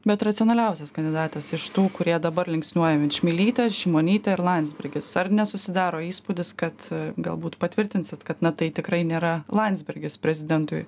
bet racionaliausias kandidatas iš tų kurie dabar linksniuojami čmilytė ar šimonytė ir landsbergis ar nesusidaro įspūdis kad galbūt patvirtinsit kad na tai tikrai nėra landsbergis prezidentui